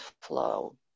flow